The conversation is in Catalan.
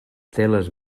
teles